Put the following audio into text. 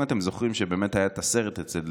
אם אתם זוכרים, באמת היה את הסרט אצל